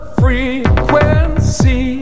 frequency